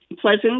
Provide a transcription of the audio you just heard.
pleasant